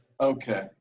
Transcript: Okay